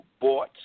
bought